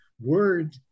Word